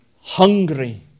hungry